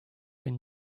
been